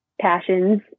passions